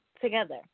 together